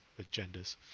agendas